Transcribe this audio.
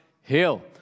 Hill